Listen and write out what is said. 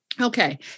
Okay